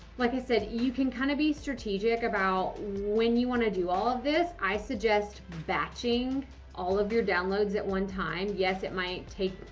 like i said, you can kind of be strategic about when you want to do all of this. i suggest batching all of your downloads at one time. yes, it might take.